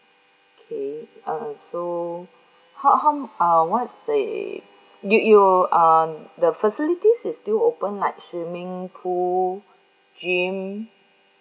okay uh so how how uh what's the did you um the facilities is still open right swimming pool gym